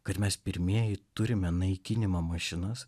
kad mes pirmieji turime naikinimo mašinas